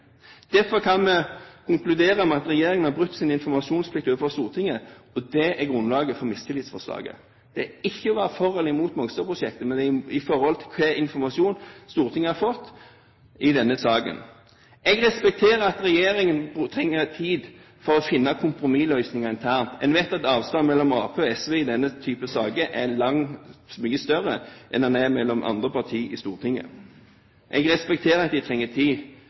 Derfor kan vi konkludere med at regjeringen har brutt sin informasjonsplikt overfor Stortinget, og det er grunnlaget for mistillitsforslaget. Det dreier seg ikke om å være for eller imot Mongstad-prosjektet, men om hvilken informasjon Stortinget har fått i denne saken. Jeg respekterer at regjeringen trenger tid for å finne kompromissløsninger internt. En vet at avstanden mellom Arbeiderpartiet og SV i denne typen saker er mye større enn den er mellom andre partier i Stortinget. Jeg respekterer at de trenger tid.